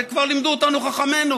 את זה כבר לימדו אותנו חכמינו,